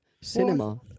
cinema